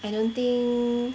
I don't think